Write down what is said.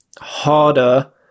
harder